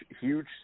huge